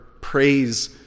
praise